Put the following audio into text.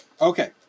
okay